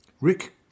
Rick